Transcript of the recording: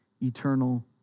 eternal